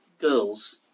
girls